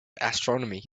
astronomy